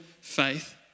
faith